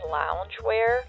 loungewear